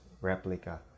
replica